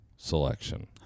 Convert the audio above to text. Selection